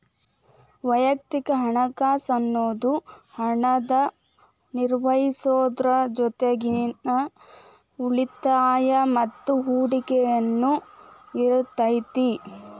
ವಯಕ್ತಿಕ ಹಣಕಾಸ್ ಅನ್ನುದು ಹಣನ ನಿರ್ವಹಿಸೋದ್ರ್ ಜೊತಿಗಿ ಉಳಿತಾಯ ಮತ್ತ ಹೂಡಕಿನು ಇರತೈತಿ